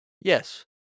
Yes